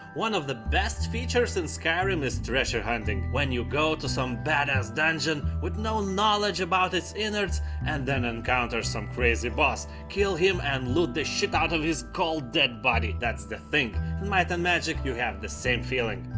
one of the best features in skyrim is treasure hunting. when you go to some badass dungeon, with no knowledge about it's innards and then encounter some crazy boss, kill him and loot the shit out of it's cold dead body. that's the thing. in might and magic you have the same feeling.